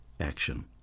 action